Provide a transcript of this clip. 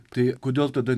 tai kodėl tada